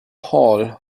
hall